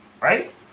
right